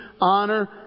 honor